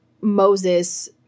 Moses